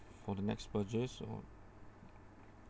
for the next purchase you know